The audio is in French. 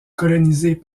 colonisées